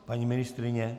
Paní ministryně?